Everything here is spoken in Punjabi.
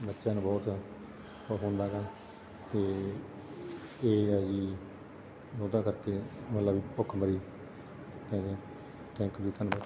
ਬੱਚਿਆਂ ਨੂੰ ਬਹੁਤ ਹੁੰਦਾ ਗਾ ਅਤੇ ਇਹ ਹੈ ਜੀ ਬਹੁਤ ਕਰਕੇ ਮਤਲਬ ਭੁੱਖਮਰੀ ਕਹਿੰਦੇ ਆ ਥੈਂਕ ਯੂ ਜੀ ਧੰਨਵਾਦ